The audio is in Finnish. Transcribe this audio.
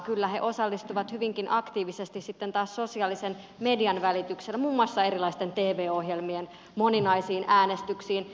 kyllä he osallistuvat hyvinkin aktiivisesti sitten taas sosiaalisen median välityksellä muun muassa erilaisten tv ohjelmien moninaisiin äänestyksiin